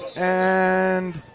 and.